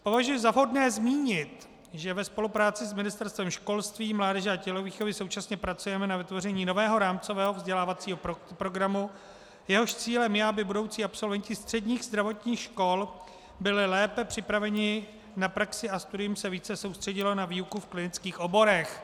Považuji za vhodné zmínit, že ve spolupráci s Ministerstvem školství, mládeže a tělovýchovy současně pracujeme na vytvoření nového rámcového vzdělávacího programu, jehož cílem je, aby budoucí absolventi středních zdravotních škol byli lépe připraveni na praxi a studium se více soustředilo na výuku v klientských oborech.